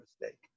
mistake